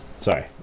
sorry